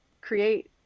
create